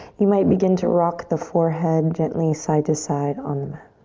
you might begin to rock the forehead gently side to side on the mat.